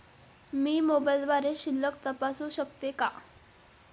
मी मोबाइलद्वारे शिल्लक तपासू शकते का?